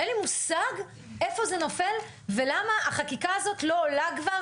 אין לי מושג איפה זה נופל ולמה החקיקה הזאת לא עולה כבר